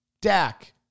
Dak